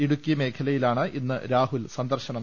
ഇടുക്കി മേഖലയിലാണ് ഇന്ന് രാഹുലിന്റെ സന്ദർശനം